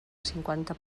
cinquanta